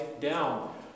down